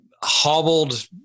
hobbled